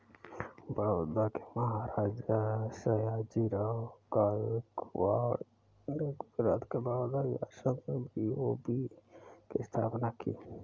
बड़ौदा के महाराजा, सयाजीराव गायकवाड़ ने गुजरात के बड़ौदा रियासत में बी.ओ.बी की स्थापना की